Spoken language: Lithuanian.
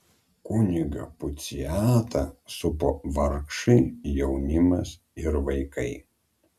kunigą puciatą supo vargšai jaunimas ir vaikai